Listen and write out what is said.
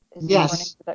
Yes